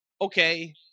okay